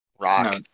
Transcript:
Rock